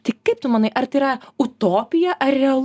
tik kaip tu manai ar tai yra utopija ar realu